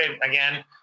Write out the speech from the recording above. again